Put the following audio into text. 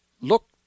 look